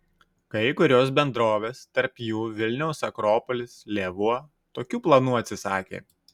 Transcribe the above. kai kurios bendrovės tarp jų vilniaus akropolis lėvuo tokių planų atsisakė